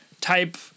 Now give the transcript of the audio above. type